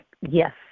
Yes